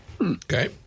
Okay